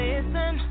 Listen